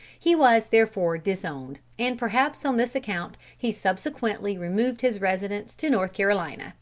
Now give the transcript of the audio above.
he was therefore disowned, and perhaps on this account, he subsequently removed his residence to north carolina,